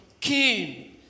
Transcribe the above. King